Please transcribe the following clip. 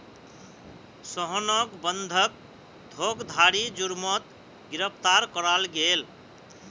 सोहानोक बंधक धोकधारी जुर्मोत गिरफ्तार कराल गेल